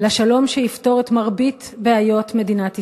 לשלום שיפתור את מרבית בעיות מדינת ישראל.